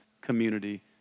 community